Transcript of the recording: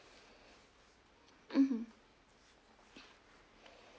mmhmm